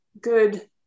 good